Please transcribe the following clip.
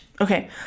Okay